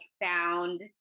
found